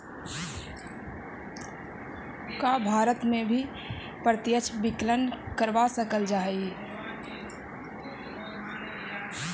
का भारत में भी प्रत्यक्ष विकलन करवा सकल जा हई?